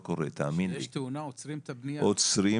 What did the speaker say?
כשיש תאונה עוצרים את הבנייה.